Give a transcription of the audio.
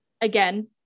Again